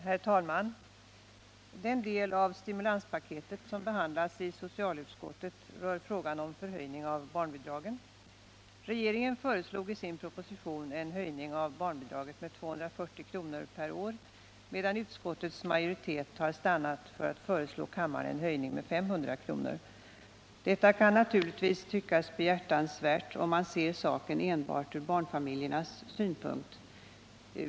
Herr talman! Den del av stimulanspaketet som behandlas i socialutskottet rör frågan om förhöjning av barnbidragen. Regeringen föreslog i sin proposition en höjning av barnbidraget med 240 kr. per år, medan utskottets majoritet har stannat för att föreslå kammaren en höjning med 500 kr. Detta kan naturligtvis tyckas behjärtansvärt om man ser saken enbart ur barnfamiljernas synpunkt.